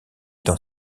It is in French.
dans